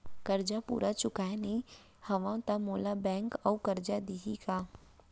करजा पूरा चुकोय नई हव त मोला बैंक अऊ करजा दिही का?